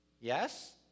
Yes